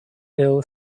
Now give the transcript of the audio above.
ill